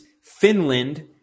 Finland